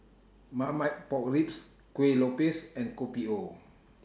Marmite Pork Ribs Kueh Lopes and Kopi O